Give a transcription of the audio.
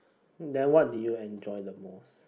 then what did you enjoy the most